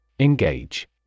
Engage